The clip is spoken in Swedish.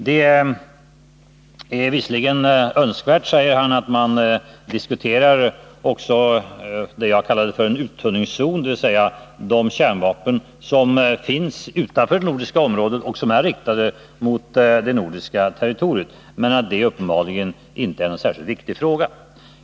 Det är visserligen önskvärt, sade han, att man diskuterar också vad jag kallade för en uttunningszon, dvs. de kärnvapen som finns utanför nordiskt område och är riktade mot det nordiska territoriet, men det är uppenbarligen inte någon särskilt viktig fråga.